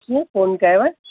कीअं फ़ोन कयव